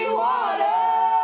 water